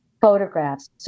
photographs